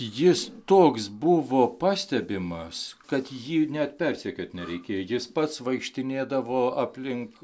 jis toks buvo pastebimas kad jį net persekiot nereikėjo jis pats vaikštinėdavo aplink